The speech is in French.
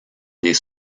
des